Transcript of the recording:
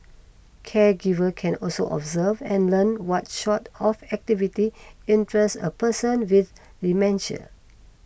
caregivers can also observe and learn what sort of activities interest a person with dementia